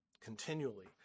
continually